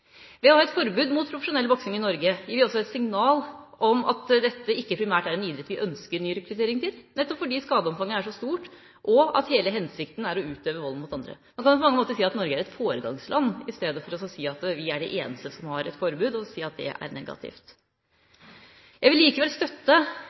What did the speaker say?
Ved å ha forbud mot profesjonell boksing i Norge gir vi også et signal om at dette ikke primært er en idrett som vi ønsker nyrekruttering til, nettopp fordi skadeomfanget er så stort, og at hele hensikten er å utøve vold mot andre. Man kan på mange måter si at Norge er et foregangsland, i stedet for å si at vi er de eneste som har et forbud, og at det er negativt.